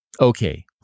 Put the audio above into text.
Okay